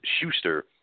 Schuster